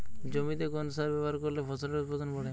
জমিতে কোন সার ব্যবহার করলে ফসলের উৎপাদন বাড়ে?